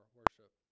worship